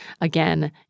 Again